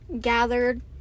gathered